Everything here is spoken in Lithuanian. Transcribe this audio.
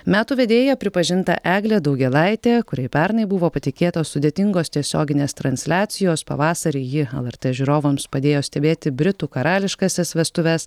metų vedėja pripažinta eglė daugėlaitė kuriai pernai buvo patikėtos sudėtingos tiesioginės transliacijos pavasarį ji lrt žiūrovams padėjo stebėti britų karališkąsias vestuves